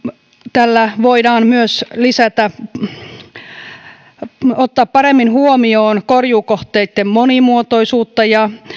tällä voidaan myös ottaa paremmin huomioon korjuukohteitten monimuotoisuutta ja